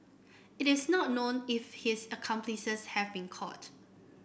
it is not known if his accomplices have been caught